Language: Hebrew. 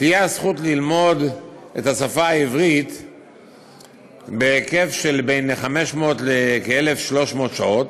תהיה הזכות ללמוד את השפה העברית בהיקף של בין 500 לכ-1,300 שעות.